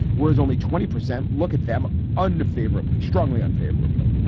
whereas only twenty percent look at them unfavorably, strongly, unfavorably.